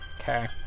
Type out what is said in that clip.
Okay